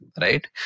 right